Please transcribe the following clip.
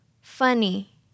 funny